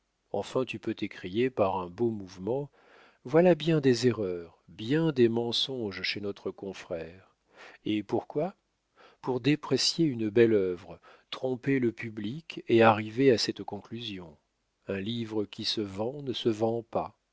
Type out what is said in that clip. enfin tu peux t'écrier par un beau mouvement voilà bien des erreurs bien des mensonges chez notre confrère et pourquoi pour déprécier une belle œuvre tromper le public et arriver à cette conclusion un livre qui se vend ne se vend pas